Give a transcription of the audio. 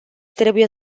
trebuie